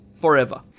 Forever